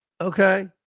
okay